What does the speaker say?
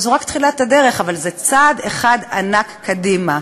זו רק תחילת הדרך, אבל זה צעד אחד ענק קדימה.